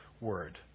word